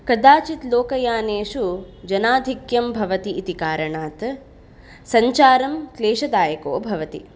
कदाचित् लोकयानेषु जनाधिक्यं भवति इति कारणात् सञ्चारं क्लेशदायको भवति